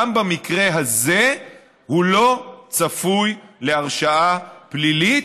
במקרה הזה הוא לא צפוי להרשעה פלילית.